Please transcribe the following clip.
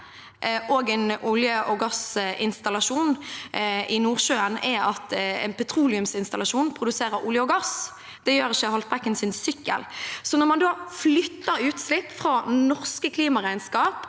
og en olje- og gassinstallasjon i Nordsjøen er at en petroleumsinstallasjon produserer olje og gass. Det gjør ikke Haltbrekkens sykkel. Når man flytter utslipp fra norske klimaregnskap,